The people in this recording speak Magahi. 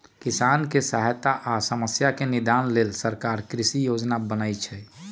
किसानके सहायता आ समस्या से निदान लेल सरकार कृषि योजना बनय छइ